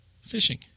fishing